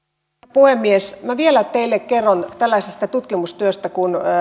puhemies minä vielä teille kerron tällaisesta tutkimustyöstä